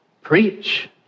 preach